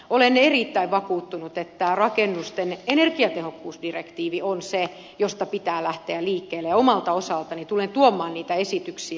olen erittäin vakuuttunut että rakennusten energiatehokkuusdirektiivi on se josta pitää lähteä liikkeelle ja omalta osaltani tulen tuomaan niitä esityksiä